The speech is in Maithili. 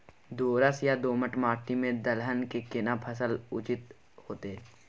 दोरस या दोमट माटी में दलहन के केना फसल उचित होतै?